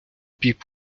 піп